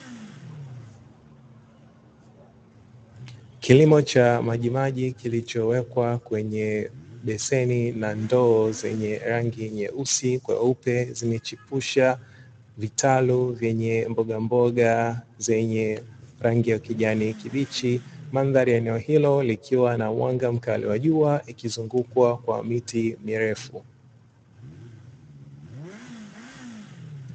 kilimo cha majimaji kilichowekwa kwenye beseni na ndoo zenye rangi nyeusi kweupe zimechipusha vitalu vyenye mbogamboga zenye rangi ya kijaini kibichi, mandhari ya eneo hilo likiwa na mwanga mkali wa jua likizungkwa na miti mirefu.